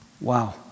Wow